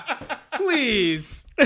Please